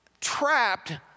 trapped